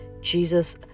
Jesus